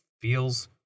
feels